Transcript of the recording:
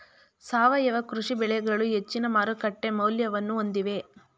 ಸಾವಯವ ಕೃಷಿ ಬೆಳೆಗಳು ಹೆಚ್ಚಿನ ಮಾರುಕಟ್ಟೆ ಮೌಲ್ಯವನ್ನು ಹೊಂದಿವೆ